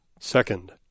Second